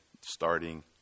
starting